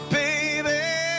baby